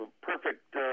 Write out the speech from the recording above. perfect